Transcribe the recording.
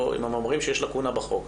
אם אומרים שיש לקונה בחוק,